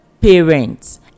parents